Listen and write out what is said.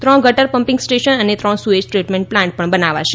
ત્રણ ગટર pumping station અને ત્રણ સુએજ ટ્રીટમેન્ટ પ્લાન્ટ પણ બનાવાશે